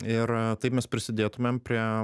ir taip mes prisidėtumėm prie